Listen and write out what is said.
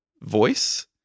voice